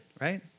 right